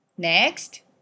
Next